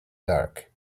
dark